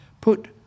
put